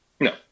No